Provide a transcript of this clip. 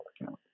account